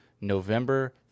November